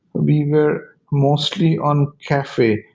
we were mostly on cafe.